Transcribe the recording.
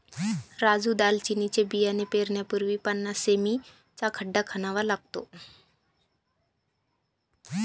राजू दालचिनीचे बियाणे पेरण्यापूर्वी पन्नास सें.मी चा खड्डा खणावा लागतो